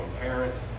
parents